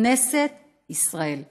כנסת ישראל.